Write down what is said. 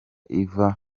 iva